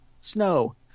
snow